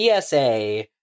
PSA